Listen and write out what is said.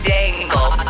Dangle